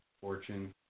fortune